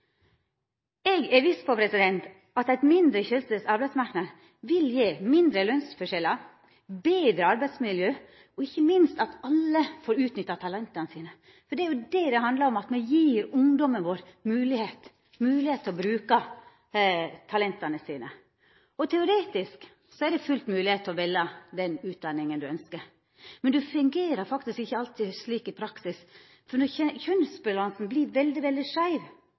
Eg er viss på at ein mindre kjønnsdelt arbeidsmarknad vil gje mindre lønsforskjellar og betre arbeidsmiljø. Ikkje minst vil alle få utnytta talenta sine. For det er jo det det handlar om – at me gjer ungdomen vår høve til å bruka talenta sine. Teoretisk er det fullt mogleg å velja den utdanninga ein ønskjer, men det fungerer faktisk ikkje alltid slik i praksis, for når kjønnsbalansen vert veldig, veldig